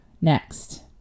next